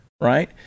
right